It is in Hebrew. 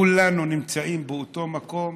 כולנו נמצאים באותו מקום,